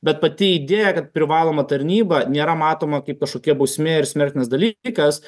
bet pati idėja kad privaloma tarnyba nėra matoma kaip kažkokia bausmė ir smerktinas dalykas